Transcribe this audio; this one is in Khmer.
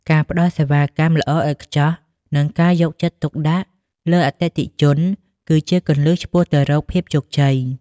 ការផ្តល់សេវាកម្មល្អឥតខ្ចោះ និងការយកចិត្តទុកដាក់លើអតិថិជនគឺជាគន្លឹះឆ្ពោះទៅរកភាពជោគជ័យ។